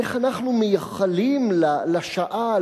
איך אנחנו מייחלים לשעה,